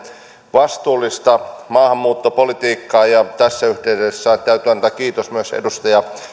vastuullista maahanmuuttopolitiikkaa ja tässä yhteydessä täytyy antaa kiitos myös edustaja